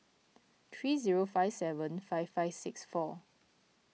three zero five seven five five six four